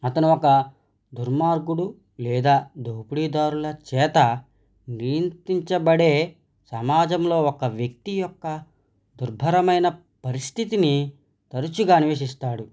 అతను ఒక దుర్మార్గుడు లేదా దోపిడీదారుల చేత నియంత్రించబడే సమాజంలో ఒక వ్యక్తి యొక్క దుర్భరమైన పరిస్థితిని తరచుగా అన్వేషిస్తాడు